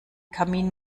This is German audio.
kamin